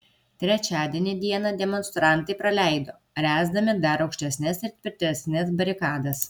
trečiadienį dieną demonstrantai praleido ręsdami dar aukštesnes ir tvirtesnes barikadas